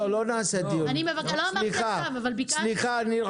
לא נעשה דיון כזה, סליחה נירה.